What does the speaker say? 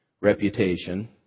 reputation